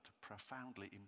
profoundly